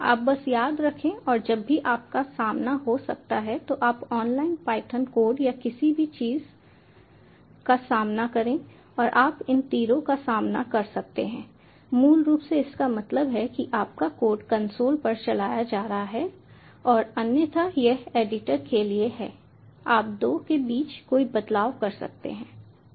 आप बस याद रखें और जब भी आपका सामना हो सकता है तो आप ऑनलाइन पायथन कोड या किसी भी चीज का सामना करें और आप इन तीरों का सामना कर सकते हैं मूल रूप से इसका मतलब है कि आपका कोड कंसोल पर चलाया जा रहा है और अन्यथा यह एडिटर के लिए है आप 2 के बीच कोई बदलाव कर सकते हैं ठीक है